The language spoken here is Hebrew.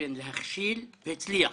התכוון להכשיל והצליח.